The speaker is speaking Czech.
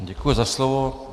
Děkuji za slovo.